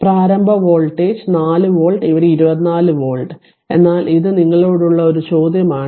പ്രാരംഭ voltage 4 volt ഇവിടെ 24 volt എന്നാൽ ഇത് നിങ്ങളോട് ഒരു ചോദ്യമാണ്